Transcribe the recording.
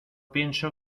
pienso